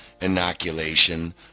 inoculation